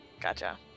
Gotcha